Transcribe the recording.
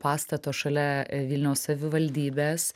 pastato šalia vilniaus savivaldybės